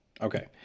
Okay